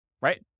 right